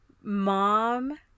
mom